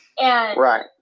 right